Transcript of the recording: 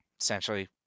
essentially